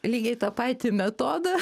lygiai tą patį metodą